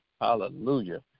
hallelujah